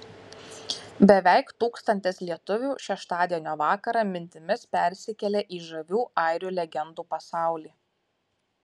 beveik tūkstantis lietuvių šeštadienio vakarą mintimis persikėlė į žavių airių legendų pasaulį